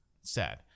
Sad